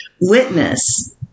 witness